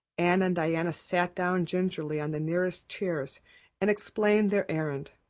anne and diana sat down gingerly on the nearest chairs and explained their errand.